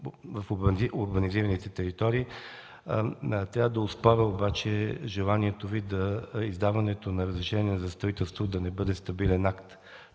в урбанизираните територии. Трябва да оспоря обаче желанието за издаването на разрешения за строителство да не бъде стабилен акта,